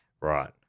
Right